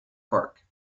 park